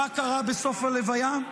מה קרה בסוף הלוויה?